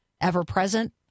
ever-present